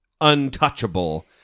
untouchable